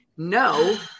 No